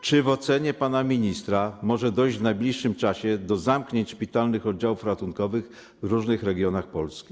Czy w ocenie pana ministra może dojść w najbliższym czasie do zamknięć szpitalnych oddziałów ratunkowych w różnych regionach Polski?